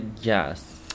Yes